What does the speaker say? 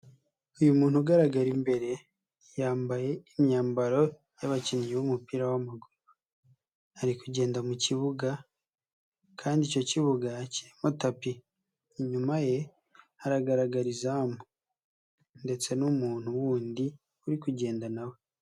Uyu muntu ugaragara imbere, yambaye imyambaro y'abakinnyi b'umupira w'amaguru, ari kugenda mu kibuga kandi icyo kibuga kirimo tapi, inyuma ye hagaraga izamu ndetse n'umuntu wundi, uri kugenda na we.